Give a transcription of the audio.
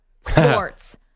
sports